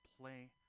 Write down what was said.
Play